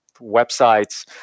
websites